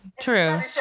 true